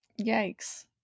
Yikes